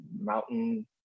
mountain